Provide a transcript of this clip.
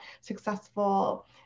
successful